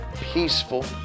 Peaceful